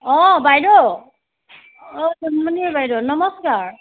অঁ বাইদেউ অঁ সোনমণি বাইদেউ নমস্কাৰ